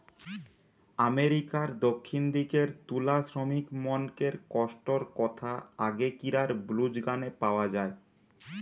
আমেরিকার দক্ষিণ দিকের তুলা শ্রমিকমনকের কষ্টর কথা আগেকিরার ব্লুজ গানে পাওয়া যায়